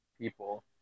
people